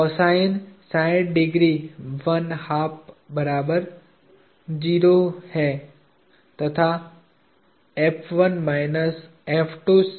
cosine 60 degree one half बराबर 0 है